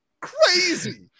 Crazy